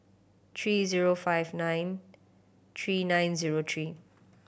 three zero five nine three nine zero three